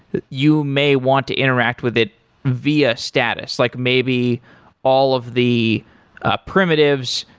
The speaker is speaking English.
you may want to interact with it via status. like maybe all of the ah primitives,